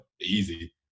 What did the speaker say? easy